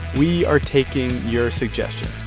we are taking your suggestions.